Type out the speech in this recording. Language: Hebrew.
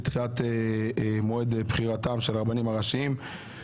לדחיית מועד בחירתם של הרבנים הראשיים.